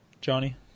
Johnny